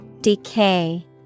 Decay